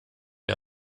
wir